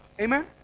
Amen